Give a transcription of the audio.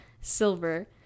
silver